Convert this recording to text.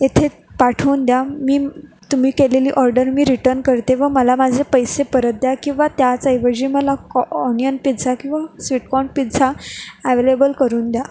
येथे पाठवून द्या मी तुम्ही केलेली ऑर्डर मी रिटर्न करते व मला माझे पैसे परत द्या किंवा त्याच ऐवजी मला कॉ ऑनियन पिझ्झा किंवा स्वीटकॉर्न पिझ्झा ॲवेलेबल करून द्या